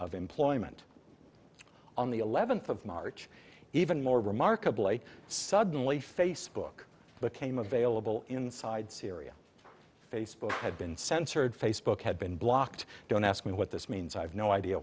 of employment on the eleventh of march even more remarkably suddenly facebook but came available inside syria facebook had been censored facebook had been blocked don't ask me what this means i have no idea